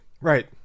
Right